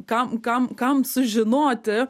kam kam kam sužinoti